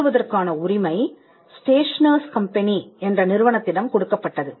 அச்சிடுவதற்கான உரிமை stationers company என்ற நிறுவனத்திடம் கொடுக்கப்பட்டது